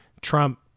Trump